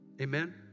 Amen